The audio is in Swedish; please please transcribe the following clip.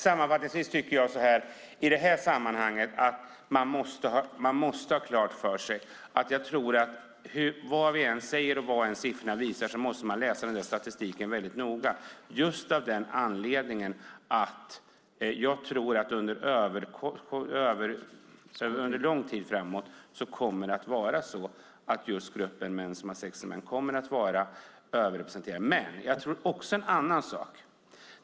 Sammanfattningsvis måste man ha klart för sig att vad vi än säger och vad än siffrorna visar måste man läsa statistiken väldigt noga, av den anledningen att det under lång tid framåt kommer att vara så att gruppen män som har sex med män är överrepresenterad. Jag tror också en annan sak.